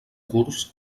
curs